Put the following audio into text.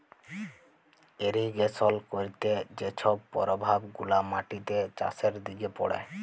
irrigation ক্যইরতে যে ছব পরভাব গুলা মাটিতে, চাষের দিকে পড়ে